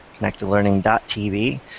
connectedlearning.tv